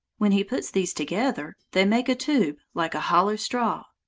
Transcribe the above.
when he puts these together they make a tube like a hollow straw.